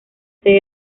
sede